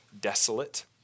desolate